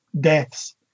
deaths